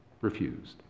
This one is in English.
refused